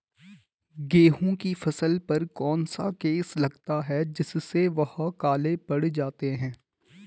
गेहूँ की फसल पर कौन सा केस लगता है जिससे वह काले पड़ जाते हैं?